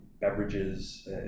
beverages